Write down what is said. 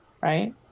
right